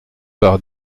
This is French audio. par